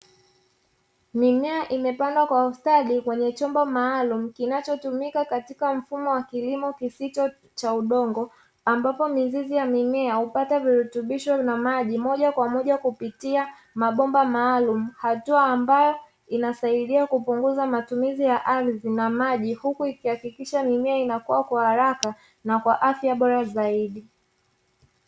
Mimea imepandwa kwa ustadi kwenye chombo maalumu, kinachotumika katika mfumo wa kilimo kisicho cha udongo, ambapo mizizi ya mimea hupata virutubisho na maji moja kwa moja kupitia mabomba maalumu, hatua ambayo inasaidia kupunguza matumizi ya ardhi na maji, huku ikihakikisha mimea inakuwa kwa haraka na kwa afya bora zaidi.